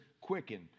quicken